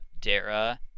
Dara